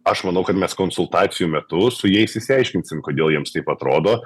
aš manau kad mes konsultacijų metu su jais išsiaiškinsim kodėl jiems taip atrodo